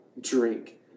drink